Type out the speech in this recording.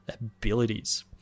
abilities